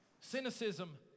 Cynicism